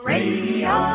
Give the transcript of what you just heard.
Radio